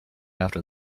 after